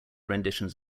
renditions